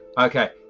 okay